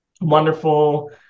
wonderful